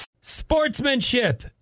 Sportsmanship